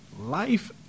Life